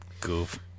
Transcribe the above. Goof